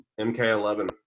MK11